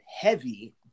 heavy